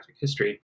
history